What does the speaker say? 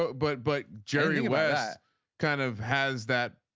but but jerry west kind of has that.